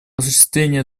осуществление